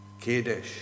Kadesh